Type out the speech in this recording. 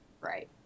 right